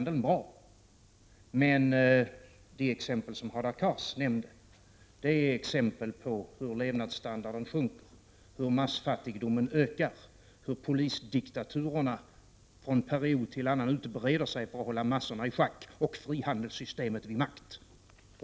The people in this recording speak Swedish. De exempel som Hadar Cars nämnde var exempel på hur levnadsstandarden sjunker, hur massfattigdomen ökar, hur polisdiktaturerna utbreder sig från en period till en annan för att hålla massorna i schack och frihandelssystemet vid makt.